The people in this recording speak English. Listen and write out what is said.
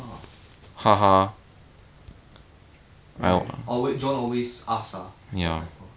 I don't I play my off lane I honestly I am always the one that got gets the gangs